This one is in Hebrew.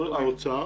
האוצר